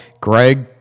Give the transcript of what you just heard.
Greg